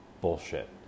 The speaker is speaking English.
bullshit